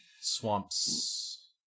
swamps